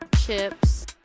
Chips